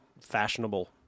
fashionable